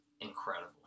incredible